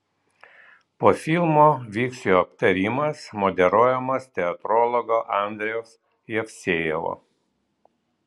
po filmo vyks jo aptarimas moderuojamas teatrologo andriaus jevsejevo